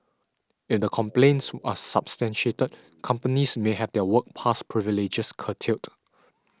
if the complaints are substantiated companies may have their work pass privileges curtailed